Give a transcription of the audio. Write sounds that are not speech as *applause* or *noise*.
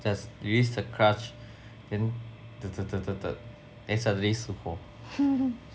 just release the clutch then *noise* then suddenly 死火